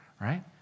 right